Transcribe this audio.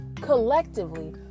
collectively